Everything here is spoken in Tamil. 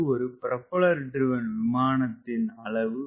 ஒரு புரொபெல்லர் ட்ரிவன் விமானத்தின் அளவு உபரி சக்தி ஜெட் எஞ்சினில் இருக்காது